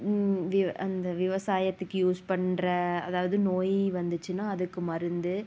விவ அந்த விவசாயத்துக்கு யூஸ் பண்ணுற அதாவது நோய் வந்துச்சுன்னா அதுக்கு மருந்து